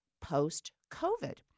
post-COVID